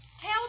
Tell